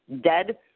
dead